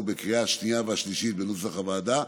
בקריאה השנייה והשלישית בנוסח של הוועדה,